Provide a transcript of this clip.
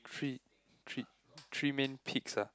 three three three main peaks ah